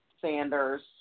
Sanders